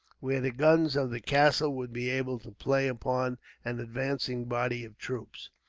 where the guns of the castle would be able to play upon an advancing body of troops.